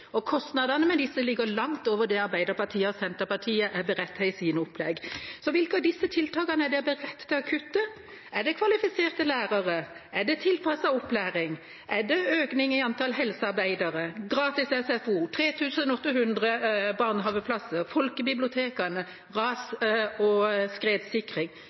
og kostnadene ved disse ligger langt over det Arbeiderpartiet og Senterpartiet er beredt til i sine opplegg. Så hvilke av disse tiltakene er de beredt til å kutte? Er det kvalifiserte lærere? Er det tilpasset opplæring? Er det økningen i antall helsearbeidere, gratis SFO, 3 800 barnehageplasser, folkebibliotekene, ras- og skredsikring,